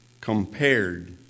compared